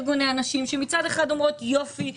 ארגוני הנשים שמצד אחד אומרות יופי,